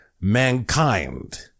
mankind